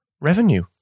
revenue